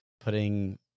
putting